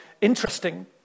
interesting